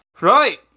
right